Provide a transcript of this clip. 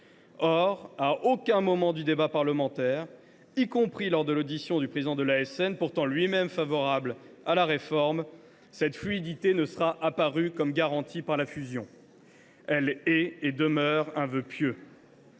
Or à aucun moment du débat parlementaire, y compris lors de l’audition du président de l’ASN, pourtant lui même favorable à la réforme, cette fluidité ne sera apparue comme garantie par la fusion. Elle est et demeure un vœu pieux.